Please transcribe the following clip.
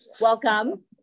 Welcome